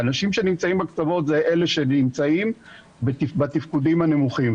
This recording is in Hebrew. אנשים שנמצאים בקצוות הם אלה שנמצאים בתפקודים הנמוכים.